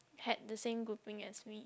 had the same grouping as me